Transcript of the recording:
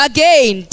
Again